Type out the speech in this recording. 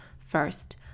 First